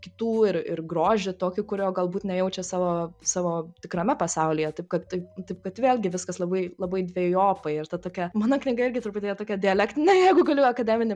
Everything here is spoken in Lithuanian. kitų ir ir grožį tokį kurio galbūt nejaučia savo savo tikrame pasaulyje taip kad tai taip kad vėlgi viskas labai labai dvejopai ir ta tokia mano knyga irgi truputį tokia dialektinė jeigu galiu akademinį